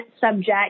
subject